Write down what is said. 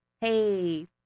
hey